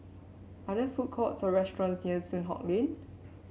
are there food courts or restaurants near Soon Hock Lane